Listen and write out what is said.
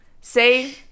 say